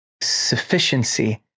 sufficiency